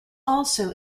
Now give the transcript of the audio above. also